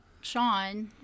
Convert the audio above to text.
Sean